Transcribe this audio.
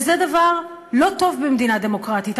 וזה דבר לא טוב במדינה דמוקרטית.